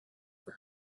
for